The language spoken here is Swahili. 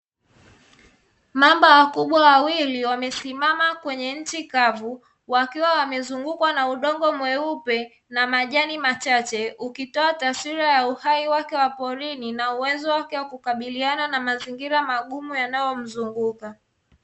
Mamba wakubwa wawili wamesimama kwenye nchi kavu. Wakiwa wamezungukwa na udongo mweupe na majani machache. Ukitoa taswira ya uhai wake wa porini, na uwezo wake wa kukabiliana na mazingira magumu yanayozunguka.